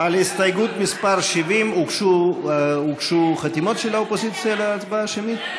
על הסתייגות מס' 70 הוגשו חתימות של האופוזיציה להצבעה שמית?